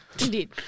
Indeed